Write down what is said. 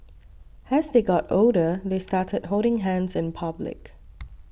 as they got older they started holding hands in public